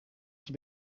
have